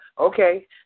Okay